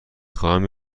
خواهم